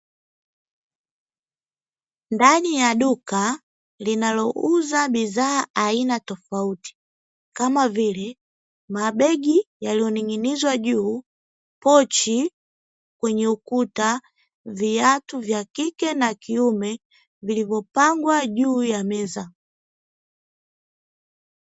Ndani ya duka linalouza bidhaa aina tofauti kama vile: mabegi yaliyoning’inizwa juu, pochi kwenye ukuta, viatu vya kike na kiume vilivyopangwa juu ya meza.